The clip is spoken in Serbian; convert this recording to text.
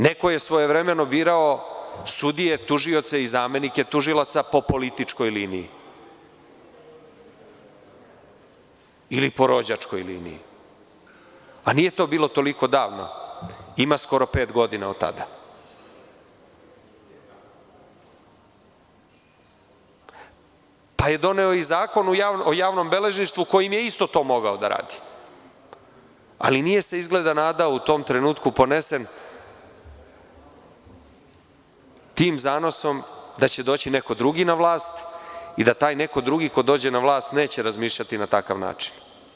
Neko je svojevremeno birao sudije, tužioce i zamenike tužilaca po političkoj liniji ili po rođačkoj liniji, nije to bilo toliko davno, ima skoro pet godina od tada, pa je doneo Zakon o javnom beležništvu kojim je isto to mogao da radi, ali se izgleda nije nadao u tom trenutku, ponesen tim zanosom, da će doći neko drugi na vlast i da taj neko drugi ko dođe na vlast neće razmišljati na takav način.